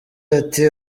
ati